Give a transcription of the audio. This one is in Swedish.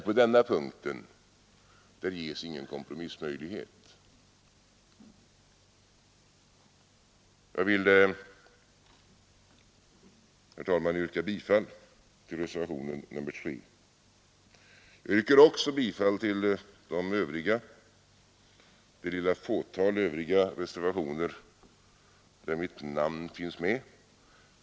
På denna punkt ges dock ingen kompromissmöjlighet. Herr talman! Jag vill yrka bifall till reservationen 3. Jag yrkar också bifall till det lilla fåtal övriga reservationer, där mitt namn finns med.